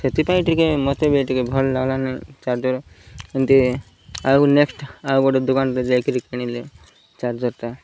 ସେଥିପାଇଁ ଟିକେ ମୋତେ ବି ଟିକେ ଭଲ ଲାଗଲାନି ଚାର୍ଜର୍ ଏମିତି ଆଉ ନେକ୍ସଟ୍ ଆଉ ଗୋଟେ ଦୋକାନରେ ଯାଇ କରି କିଣିଲେ ଚାର୍ଜର୍ଟା